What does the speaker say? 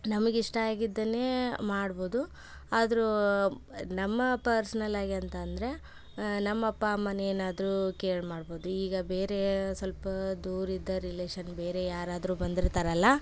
ನಮಗಿಷ್ಟ ಆಗಿದ್ದನ್ನೇ ಮಾಡ್ಬೋದು ಆದರೂ ನಮ್ಮ ಪರ್ಸ್ನಲಾಗಿ ಅಂತಂದರೆ ನಮ್ಮ ಅಪ್ಪ ಅಮ್ಮನ್ನು ಏನಾದರು ಕೇಳಿ ಮಾಡ್ಬೋದು ಈಗ ಬೇರೆ ಸ್ವಲ್ಪ ದೂರಿದ್ದ ರಿಲೇಶನ್ ಬೇರೆ ಯಾರಾದರು ಬಂದಿರ್ತಾರಲ್ವ